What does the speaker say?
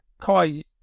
Kai